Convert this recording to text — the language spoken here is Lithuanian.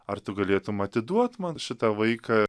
ar tu galėtum atiduot man šitą vaiką